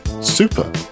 Super